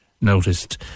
noticed